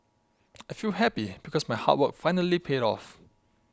I feel happy because my hard work finally paid off